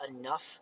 enough